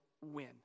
win